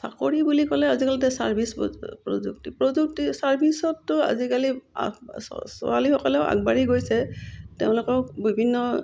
চাকৰি বুলি ক'লে আজিকালিতে চাৰ্ভিছ প্ৰযুক্তি প্ৰযুক্তি চাৰ্ভিছতটো আজিকালি ছোৱালীসকলেও আগবাঢ়ি গৈছে তেওঁলোকেও বিভিন্ন